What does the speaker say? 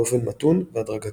באופן מתון והדרגתי.